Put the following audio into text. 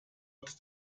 odd